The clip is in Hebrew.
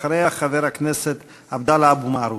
אחריה, חבר הכנסת עבדאללה אבו מערוף.